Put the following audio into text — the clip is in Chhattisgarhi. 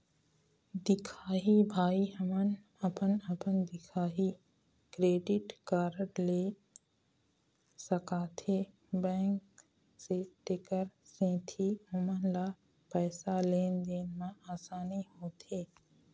दिखाही भाई हमन अपन अपन दिखाही क्रेडिट कारड भी ले सकाथे बैंक से तेकर सेंथी ओमन ला पैसा लेन देन मा आसानी होथे?